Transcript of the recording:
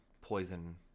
poison